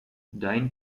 dein